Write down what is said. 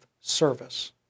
service